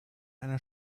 einer